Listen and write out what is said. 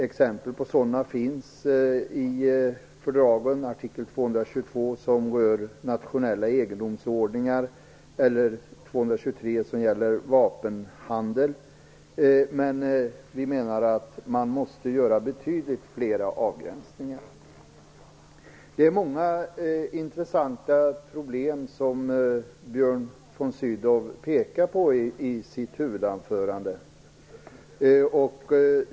Exempel på sådana regler finns i fördragen, t.ex. i artikel 222, som rör nationella egendomsordningar, och i artikel 223, som rör vapenhandel. Vi menar dock att man måste göra betydligt fler avgränsningar. Björn von Sydow pekar på många intressanta problem i sitt huvudanförande.